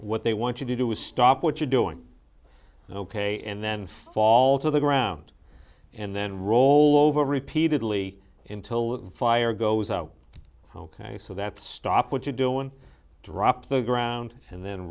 what they want you to do is stop what you're doing ok and then fall to the ground and then roll over repeatedly until the fire goes out ok so that stop what you do and drop the ground and then